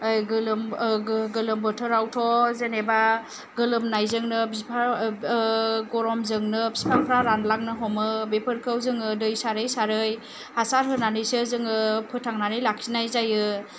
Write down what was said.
गोलोम गोलोम बोथोरावथ' जेनेबा गोलोमनायजोंनो बिफां गरमजोंनो बिफांफोरा रानलांनो हमो बेफोरखौ जोङो दै सारै सारै हासार होनानैसो जोङो फोथांनानै लाखिनाय जायो